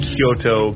Kyoto